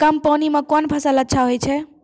कम पानी म कोन फसल अच्छाहोय छै?